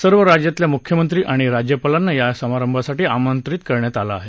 सर्व राज्यातल्या मुख्यमंत्री आणि राज्यपालांना या समारंभासाठी आमंत्रित करण्यात आलं आहे